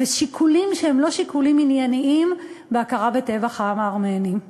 ושיקולים שהם לא שיקולים ענייניים בהכרה בטבח העם הארמני.